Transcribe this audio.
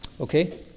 Okay